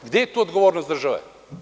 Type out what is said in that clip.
Gde je tu odgovornost države?